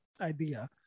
idea